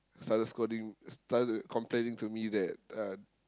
started scolding started to complaining to me that uh